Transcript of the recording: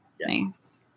Nice